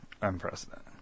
Unprecedented